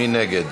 מי נגד?